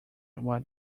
what